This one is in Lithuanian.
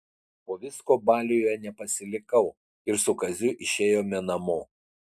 po visko baliuje nepasilikau ir su kaziu išėjome namo